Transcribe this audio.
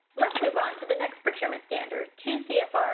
let's move on to the next procurement standard, two cfr,